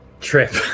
trip